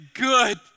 good